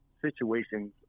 situations